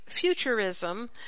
Futurism